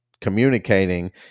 communicating